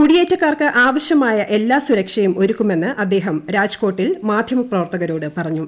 കുടിയേറ്റക്കാർക്ക് ആവശ്യമായ എല്ലാ സുരക്ഷയും ഒരുക്കുമെന്ന് അദ്ദേഹം രാജ്കോട്ടിൽ മാധ്യമപ്രവർത്തകരോട് പറഞ്ഞു